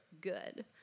good